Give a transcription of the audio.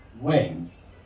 wins